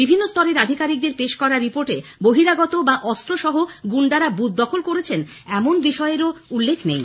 বিভিন্ন স্তরের আধিকারিকদের পেশ করা রিপোর্টে বহিরাগত বা অস্ত্রসহ গুন্ডারা বুথ দখল করেছেন এমন বিষয়েরও উল্লেখ নেই